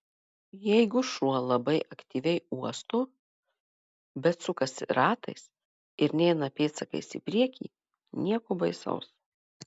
jeigu šuo labai aktyviai uosto bet sukasi ratais ir neina pėdsakais į priekį nieko baisaus